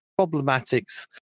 problematics